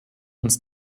uns